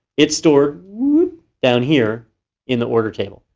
it's stored down here in the order table.